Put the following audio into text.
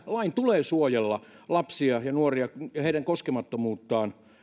lain tulee suojella lapsia ja nuoria ja heidän koskemattomuuttaan